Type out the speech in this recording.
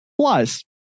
Plus